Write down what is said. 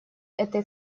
этой